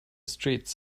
streets